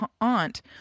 aunt